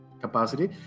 capacity